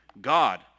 God